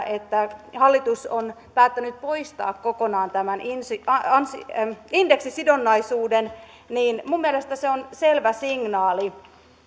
että hallitus on päättänyt poistaa kokonaan tämän indeksisidonnaisuuden on selvä signaali